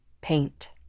paint